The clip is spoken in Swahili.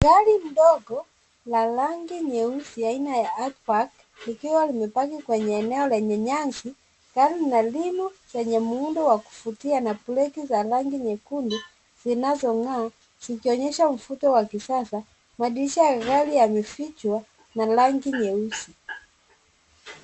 Gari ndogo la rangi nyeusi aina ya Alphard likiwa limepaki kwenye eneo lenye nyasi gari lina rimu zenye muundo wa kuvutia na breki za rangi nyekundu zinazongaa zikionyesha mvuto wa kisasa madirisha ya gari yamefichwa na rangi nyeusi